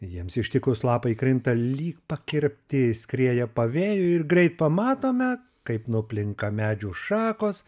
jiems ištikus lapai krinta lyg pakirpti skrieja pavėjui ir greit pamatome kaip nuplinka medžių šakos